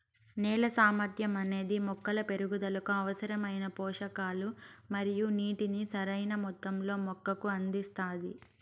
నేల సామర్థ్యం అనేది మొక్కల పెరుగుదలకు అవసరమైన పోషకాలు మరియు నీటిని సరైణ మొత్తంలో మొక్కకు అందిస్తాది